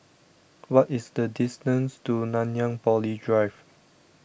what is the distance to Nanyang Poly Drive